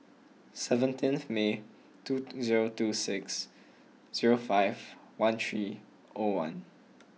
seventeenth May two zero two six zero five one three O one